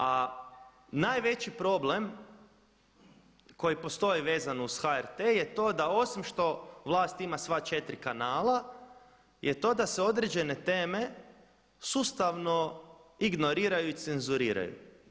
A najveći problem koji postoji vezano uz HRT je to osim što vlast ima sva četiri kanala, je to da se određene teme sustavno ignoriraju i cenzuriraju.